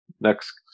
next